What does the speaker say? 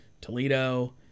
Toledo